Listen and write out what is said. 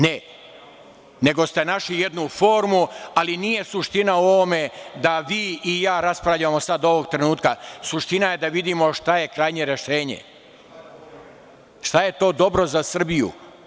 Ne, nego ste našli jednu formu, ali nije suština u ovome da vi i ja raspravljamo sada ovog trenutka, suština je da vidimo šta je krajnje rešenje, šta je to dobro za Srbiju.